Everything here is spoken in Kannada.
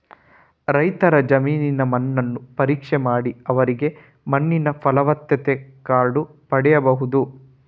ರೈತರ ಜಮೀನಿನ ಮಣ್ಣನ್ನು ಪರೀಕ್ಷೆ ಮಾಡಿ ಅವರಿಗೆ ಮಣ್ಣಿನ ಫಲವತ್ತತೆ ಕಾರ್ಡು ಪಡೀಬಹುದು